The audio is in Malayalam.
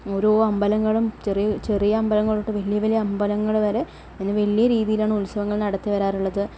ഓരോ അമ്പലങ്ങളും ചെറിയ ചെറിയ അമ്പലങ്ങൾ തൊട്ട് വലിയ വലിയ അമ്പലങ്ങൾ വരെ പിന്നെ വലിയ രീതിയിലാണ് ഉത്സവങ്ങൾ നടത്തിവരാറുള്ളത്